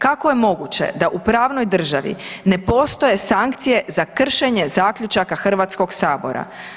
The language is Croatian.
Kako je moguće da u pravnoj državi ne postoje sankcije za kršenje zaključaka Hrvatskog sabora?